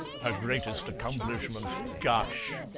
her greatest accomplishment gush.